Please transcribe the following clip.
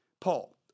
Paul